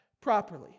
properly